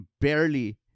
barely